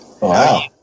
Wow